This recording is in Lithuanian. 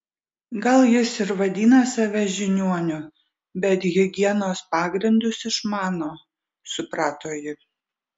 gal jis ir vadina save žiniuoniu bet higienos pagrindus išmano suprato ji